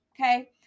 okay